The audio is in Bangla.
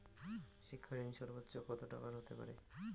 শিক্ষা ঋণ সর্বোচ্চ কত টাকার হতে পারে?